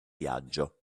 viaggio